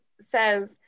says